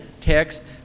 text